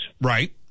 Right